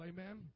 Amen